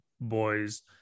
boys